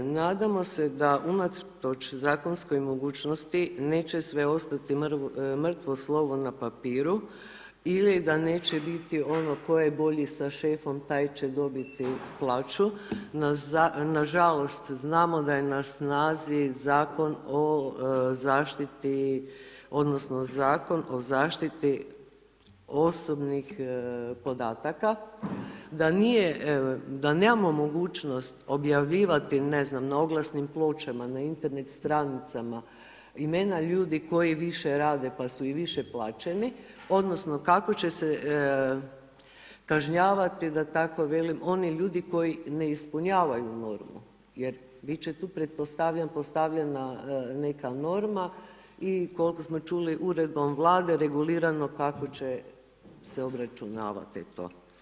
Nadamo se da unatoč zakonskom mogućnosti neće sve ostati mrtvo slovo na papiru ili da neće biti ono tko je bolje sa šefom taj će dobiti plaću, na žalost znamo da je na snazi Zakon o zaštiti odnosno Zakon o zaštiti osobnih podataka, da nemamo mogućnost objavljivati ne znam na oglasnim pločama, na interent stranicama imena ljudi koji više rade pa su i više plaćeni odnosno kako će se kažnjavati da tako velim oni ljudi koji ne ispunjavaju normu, jer bit će tu pretpostavljam postavljena neka norma i koliko smo čuli uredbom Vlade regulirano kako će se obračunavati to.